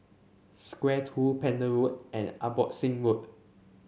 Square Two Pender Road and Abbotsingh Road